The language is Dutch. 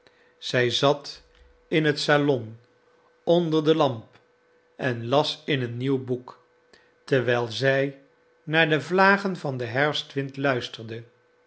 zij zat in het salon onder de lamp en las in een nieuw boek terwijl zij naar de vlagen van den herfstwind luisterde